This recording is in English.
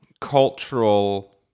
cultural